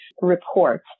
report